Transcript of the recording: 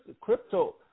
crypto